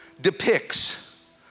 depicts